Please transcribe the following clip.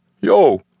Yo